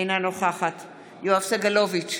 אינה נוכחת יואב סגלוביץ'